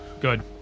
Good